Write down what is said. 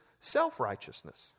self-righteousness